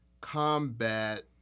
combat